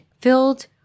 filled